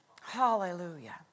Hallelujah